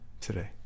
today